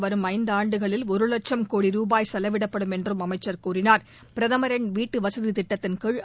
வரும் ஐந்தாண்டுகளில் ஒரு லட்சம் கோடி ரூபாய் செலவிடப்படும் என்றும் அமைச்சர் கூறினார் பிரதமரின் வீட்டுவசதி திட்டத்தின்கீழ்